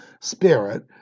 spirit